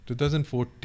2014